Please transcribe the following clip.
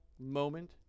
moment